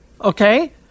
Okay